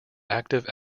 active